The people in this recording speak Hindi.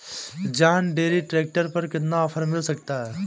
जॉन डीरे ट्रैक्टर पर कितना ऑफर मिल सकता है?